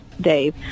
dave